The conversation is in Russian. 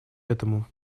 этому